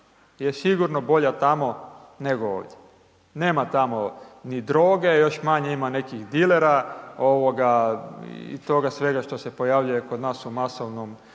je sigurno bolja tamo nego ovdje. Nema tamo ni droge, još manje ima nekih dilera i toga svega što se pojavljuje kod nas u masovnom